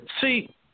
See